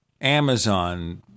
Amazon